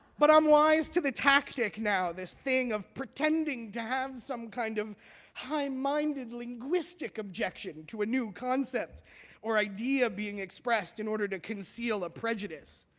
but i'm wise to the tactic now, this thing of pretending to have some kind of high-minded linguistic objection to a new concept or idea being expressed in order to conceal a prejudice.